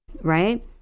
right